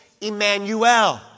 Emmanuel